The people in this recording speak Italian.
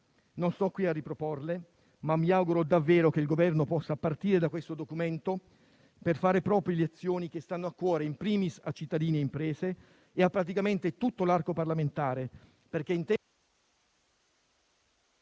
Non sto qui a riproporle, ma mi auguro davvero che il Governo possa partire da questo documento per fare proprie le azioni che stanno a cuore *in primis* a cittadini e imprese e a praticamente tutto l'arco parlamentare,